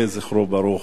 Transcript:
יהי זכרו ברוך,